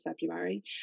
February